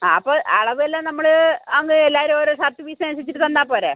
ആ അപ്പോൾ അളവ് എല്ലാം നമ്മൾ അങ്ങ് എല്ലാവരും ഓരോ ഷർട്ട് പീസ് അനുസരിച്ചിട്ട് തന്നാൽ പോരേ